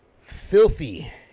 filthy